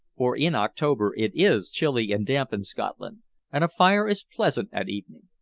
for in october it is chilly and damp in scotland and a fire is pleasant at evening.